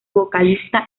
vocalista